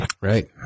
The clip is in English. Right